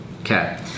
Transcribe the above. Okay